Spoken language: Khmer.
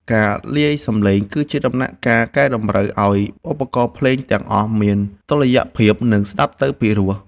ការលាយសំឡេងគឺជាដំណាក់កាលកែតម្រូវឱ្យឧបករណ៍ភ្លេងទាំងអស់មានតុល្យភាព និង ស្ដាប់ទៅពីរោះ។